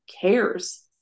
cares